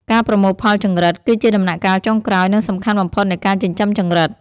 ការប្រមូលផលចង្រិត គឺជាដំណាក់កាលចុងក្រោយ និងសំខាន់បំផុតនៃការចិញ្ចឹមចង្រិត។